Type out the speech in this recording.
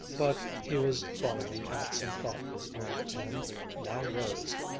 but he was following out some thought of his own, and now rose,